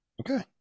Okay